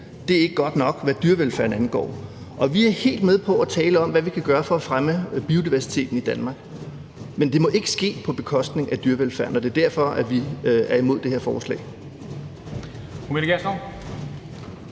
det her ikke er godt nok, hvad dyrevelfærden angår. Vi er helt med på at tale om, hvad vi kan gøre for at fremme biodiversiteten i Danmark, men det må ikke ske på bekostning af dyrevelfærden. Det er derfor, vi er imod det her forslag.